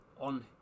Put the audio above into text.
On